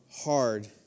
hard